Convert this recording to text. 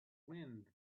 wind